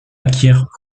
acquiert